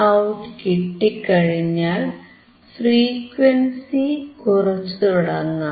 Vout കിട്ടിക്കഴിഞ്ഞാൽ frequency കുറച്ചുതുടങ്ങാം